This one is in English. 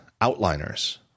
outliners